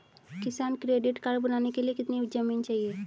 किसान credit card बनाने के लिए कितनी जमीन चाहिए?